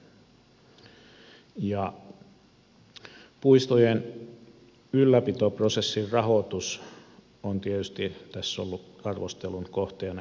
puistojen ylläpitoprosessin rahoitus on tietysti tässä ollut arvostelun kohteena